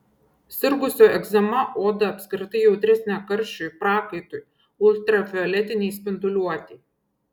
sirgusių egzema oda apskritai jautresnė karščiui prakaitui ultravioletinei spinduliuotei